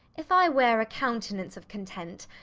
if i wear a countenance of content,